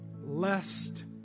lest